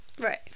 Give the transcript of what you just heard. Right